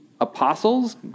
apostles